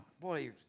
boy